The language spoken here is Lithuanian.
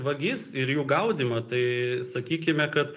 vagis ir jų gaudymą tai sakykime kad